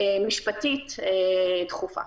משפטית דחופה.